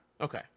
Okay